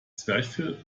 zwerchfell